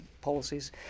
policies